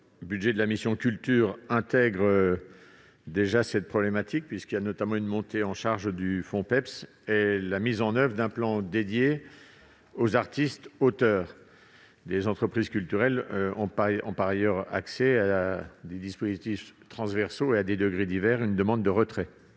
commission ? La mission « Culture » intègre déjà cette problématique, puisqu'elle inclut la montée en charge du Fonpeps et la mise en oeuvre d'un plan dédié aux artistes-auteurs. Les entreprises culturelles ont par ailleurs accès à des dispositifs transversaux, à des degrés divers. Je demande donc le retrait